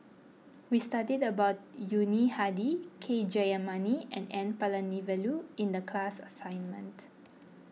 we studied about Yuni Hadi K Jayamani and N Palanivelu in the class assignment